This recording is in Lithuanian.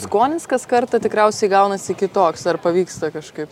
skonis kaskartą tikriausiai gaunasi kitoks ar pavyksta kažkaip